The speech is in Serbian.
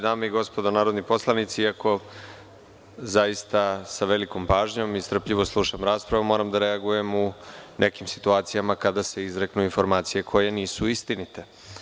Dame i gospodo narodni poslanici, sa velikom pažnjom i strpljivo slušam raspravu, moram da reagujem u nekim situacijama kada se izreknu informacije koje nisu istinite.